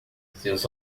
seus